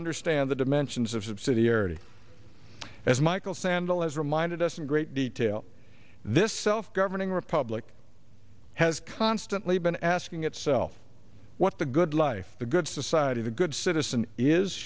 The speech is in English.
understand the dimensions of subsidiarity as michael sandel has reminded us in great detail this self governing republic has constantly been asking itself what the good life the good society of a good citizen is